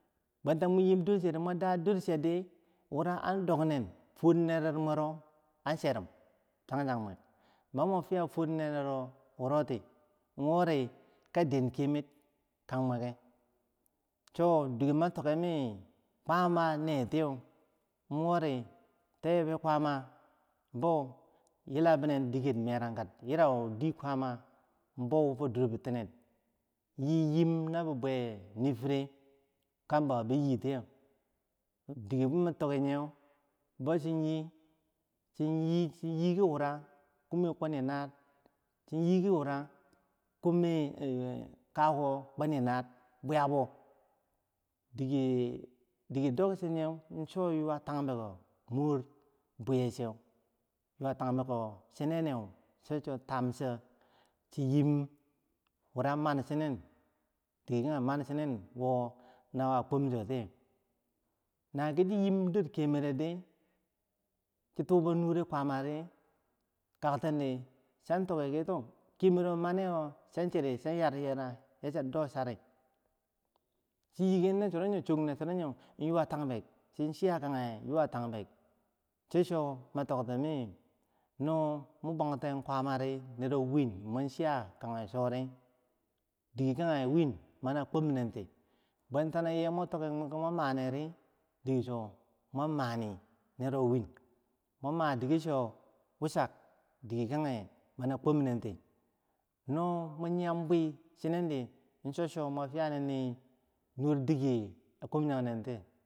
Bwenta mwu yim durcherde, wora an duknen fworneret mwuro an chiro chan chanbwek, mini mwuwa fiya fwornereti, diko ma tiki wori tee, be kwaama yirau dikulaama la, yila binen merankala, yirau dikwaama yi yim, kambau, bi yi oyeu, bauchin yi, yi ki wure, kume kwini nar chiyi ki wura kakuko kwini nar, cho bwiyabau, dike dokcho nyeu, cho yuwa tabbacheko cho bwiyabau tamcho, wora man chinen, nawo kwomchotiye, naki, choyim dor kemerte di chei tube nure kwaaman, kar tendi chantiki, ki kemer maniwo, chan chiri chayar yera, nachi do chari chonyiken nachoroye chon chiye kanye wuwa tanbak cho- cho, mi tokti, miki, namu bwenten kwaamari nero win, mwun chiya kanye chori, dikikanye win mini akwobtenti bwentano, ye mwo tiki mwuki mwan manidi, diki kanye mini a kwomtenti, mwuwar madicho wochak, dikikanye mini akwobnenti, no mwun yilam bwi chinendi cho- cho diki kanye akwob changnen tiyer.